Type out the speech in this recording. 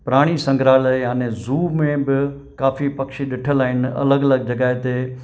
प्राणी संघ्राल्य यानी ज़ू में बि काफ़ी पक्षी ॾिठल आइन अलॻि अलॻि जॻह ते